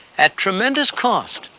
at tremendous cost,